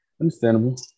Understandable